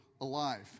alive